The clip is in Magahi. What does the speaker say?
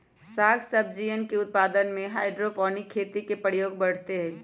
साग सब्जियन के उत्पादन में हाइड्रोपोनिक खेती के प्रयोग बढ़ते हई